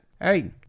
Hey